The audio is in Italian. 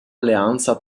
alleanza